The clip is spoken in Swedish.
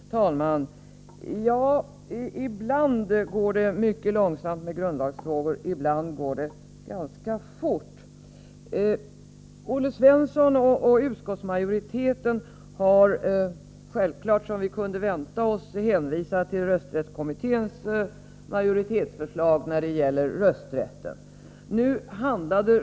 Herr talman! Ibland går det mycket långsamt med grundlagsfrågor, ibland går det ganska fort. Olle Svensson och utskottsmajoriteten har som vi kunde vänta oss hänvisat till rösträttskommitténs majoritetsförslag när det gäller rösträtten.